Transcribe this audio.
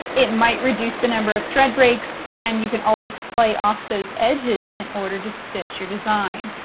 it might reduce the number of thread breaks and you can always play off those edges in order to stitch your design.